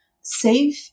save